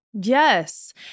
Yes